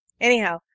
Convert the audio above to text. Anyhow